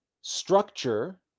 structure